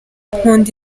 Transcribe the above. nkunda